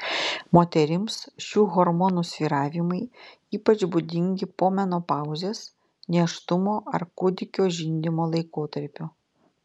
moterims šių hormonų svyravimai ypač būdingi po menopauzės nėštumo ar kūdikio žindymo laikotarpiu